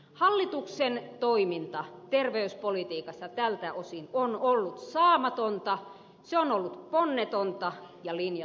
hallituksen toiminta terveyspolitiikassa tältä osin on ollut saamatonta se on ollut ponnetonta ja linjatonta